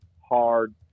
hard